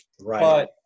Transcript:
right